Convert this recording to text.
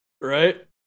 Right